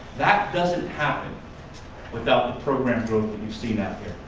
that doesn't happen without the program growth that we've seen out